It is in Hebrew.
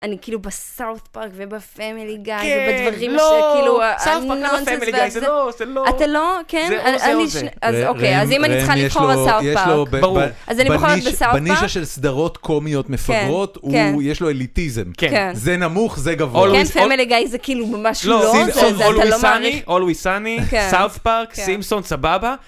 אני כאילו בסאוטפרק ובפמילי גייז ובדברים שכאילו... סאוטפרק לא בפמילי גייז, זה לא, זה לא. אתה לא, כן? אני... אז אוקיי, אז אם אני צריכה לבחור על סאוטפרק. ברור. אז אני בוחרת בסאוטפרק. בנישה של סדרות קומיות מפגרות, יש לו אליטיזם. כן. זה נמוך, זה גבוה. כן, פמילי גייז זה כאילו ממש לא. לא, סימסון, אולווי סאני, סאוטפרק, סימסון, סבבה.